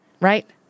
right